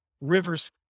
rivers